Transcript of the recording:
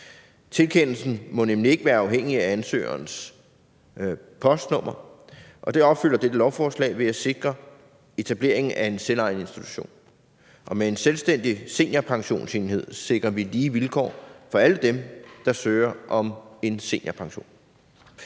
Tilkendelsen må nemlig ikke være afhængig af ansøgerens postnummer, og det opfylder dette lovforslag ved at sikre etableringen af en selvejende institution. Med en selvstændig seniorpensionsenhed sikrer vi lige vilkår for alle dem, der søger om seniorpension.